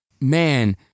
Man